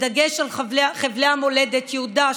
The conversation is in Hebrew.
בדגש על חבלי המולדת יהודה,